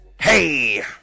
Hey